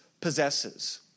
possesses